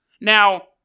Now